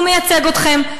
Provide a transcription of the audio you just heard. הוא מייצג אתכם,